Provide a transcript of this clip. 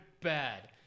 bad